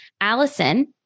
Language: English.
Allison